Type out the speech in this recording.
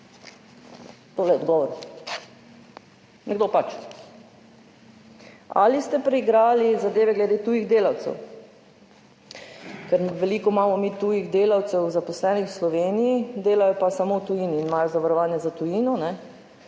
Tole je odgovor: nekdo pač. Ali ste preigrali zadeve glede tujih delavcev? Ker imamo mi veliko tujih delavcev, zaposlenih v Sloveniji, delajo pa samo v tujini in imajo zavarovanje za tujino in